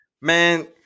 Man